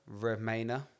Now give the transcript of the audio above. Remainer